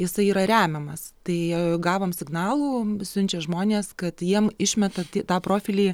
jisai yra remiamas tai gavom signalų siunčia žmonės kad jiem išmeta ti tą profilį